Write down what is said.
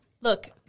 Look